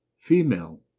Female